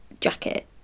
jacket